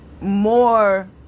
more